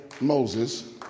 Moses